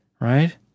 right